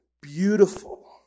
beautiful